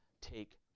take